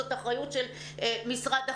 זו אחריות של משרד החינוך.